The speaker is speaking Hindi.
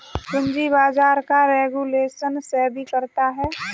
पूंजी बाजार का रेगुलेशन सेबी करता है